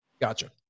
Gotcha